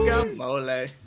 mole